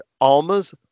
Alma's